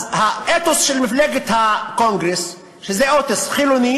אז האתוס של מפלגת הקונגרס זה אתוס חילוני